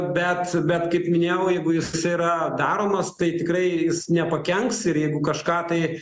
bet bet kaip minėjau jeigu jis yra daromas tai tikrai jis nepakenks ir jeigu kažką tai